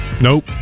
Nope